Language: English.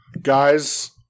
guys